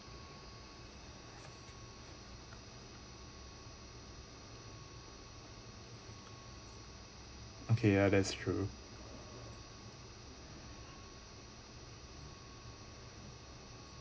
okay ya that's true